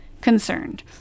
concerned